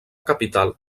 capital